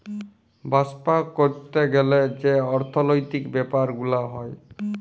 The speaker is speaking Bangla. বাপ্সা ক্যরতে গ্যালে যে অর্থলৈতিক ব্যাপার গুলা হ্যয়